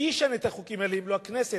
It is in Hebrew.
מי ישנה את החוקים האלה אם לא הכנסת?